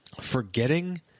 forgetting